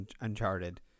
Uncharted